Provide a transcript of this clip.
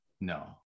No